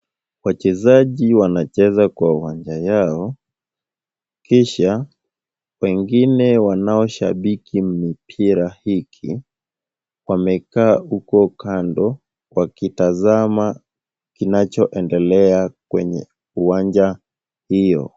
Wachezaji wanacheza kwa uwanja yao, kisha wengine wanaoshabiki mipira hiki wamekaa huko kando, wakitazama kinacho endelea kwenye uwanja hiyo.